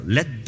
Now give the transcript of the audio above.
Let